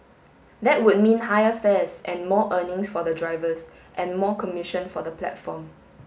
that would mean higher fares and more earnings for the drivers and more commission for the platform